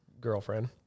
girlfriend